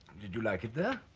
did you like it there?